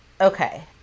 okay